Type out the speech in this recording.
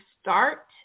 START